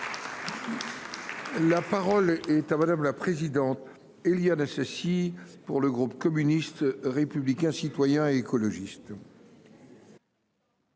La parole est à Mme Éliane Assassi, pour le groupe communiste républicain citoyen et écologiste.